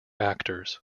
actors